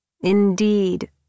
Indeed